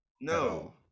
no